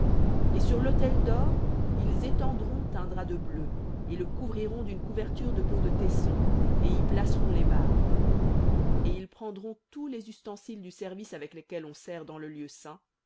et sur l'autel d'or ils étendront un drap de bleu et le couvriront d'une couverture de peaux de taissons et y placeront les barres et ils prendront tous les ustensiles du service avec lesquels on sert dans le lieu saint